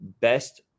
best